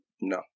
No